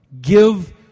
give